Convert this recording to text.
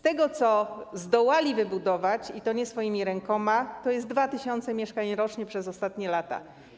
To, co zdołali wybudować - i to nie swoimi rękoma - to 2 tys. mieszkań rocznie przez ostatnie lata.